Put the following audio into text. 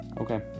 Okay